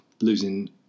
losing